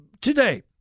Today